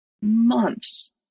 months